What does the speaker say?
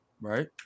Right